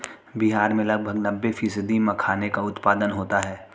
बिहार में लगभग नब्बे फ़ीसदी मखाने का उत्पादन होता है